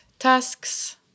tasks